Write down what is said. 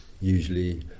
usually